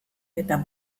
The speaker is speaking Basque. eta